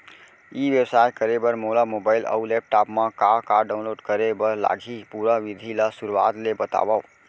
ई व्यवसाय करे बर मोला मोबाइल अऊ लैपटॉप मा का का डाऊनलोड करे बर लागही, पुरा विधि ला शुरुआत ले बतावव?